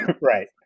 Right